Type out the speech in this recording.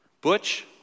Butch